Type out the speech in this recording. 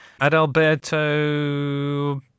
Adalberto